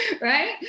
right